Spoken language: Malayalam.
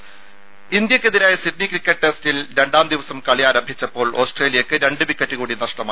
രംഭ ഇന്ത്യക്കെതിരായ സിഡ്നി ക്രിക്കറ്റ് ടെസ്റ്റിൽ രണ്ടാം ദിവസം കളി ആരംഭിച്ചപ്പോൾ ഓസ്ട്രേലിയക്ക് രണ്ട് വിക്കറ്റ് കൂടി നഷ്ടമായി